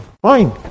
Fine